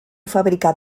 fabricar